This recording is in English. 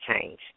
change